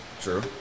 True